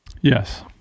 Yes